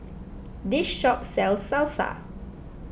this shop sells Salsa